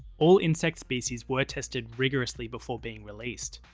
all insect species were tested rigorously before being released,